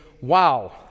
wow